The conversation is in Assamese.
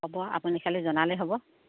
হ'ব আপুনি খালী জনালেই হ'ব